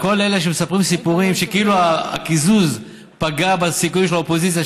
כל אלה שמספרים סיפורים שכאילו הקיזוז פגע בסיכוי של האופוזיציה,